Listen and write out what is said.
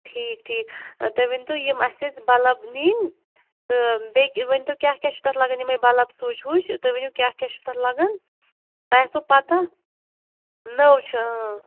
ٹھیٖک ٹھیٖک تُہۍ ؤنۍتو یِم اَسہِ ٲسۍ بلب نِنۍ تہٕ بیٚیہِ ؤنۍتو کیٛاہ کیٛاہ چھُ تَتھ لگان یِمَے بلب سُچ وُچ تُہۍ ؤنِو کیٛاہ کیٛاہ چھِ تَتھ لَگان تۄہہِ آسِوٕ پتہ نٔو چھےٚ اۭں